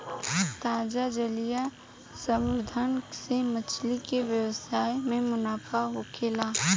ताजा जलीय संवर्धन से मछली के व्यवसाय में मुनाफा होखेला